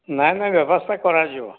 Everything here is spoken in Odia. ନାଇଁ ନାଇଁ ବ୍ୟବସ୍ଥା କରାଯିବ